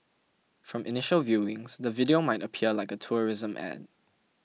from initial viewings the video might appear like a tourism ad